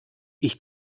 ich